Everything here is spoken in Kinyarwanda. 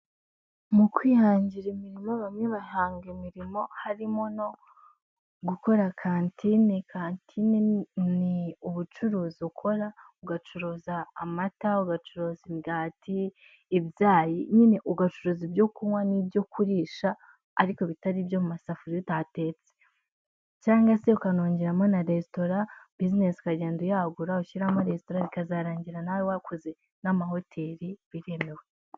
mu kwihangira imirimo bamwe bahanga imirimo harimo no gukora kantine kantine ni ubucuruzi ukora ugacuruza amata ugacuruza imigati ibyayi nyine ugacuruza ibyo kunywa n'ibyo kurisha ariko bitari ibyo mu masafuriya utateste cyangwa se ukanongeramo na resitora business ukagenda uyagura ushyiramo resitora bikazarangira nawe wakoze n'amahoteli biremewe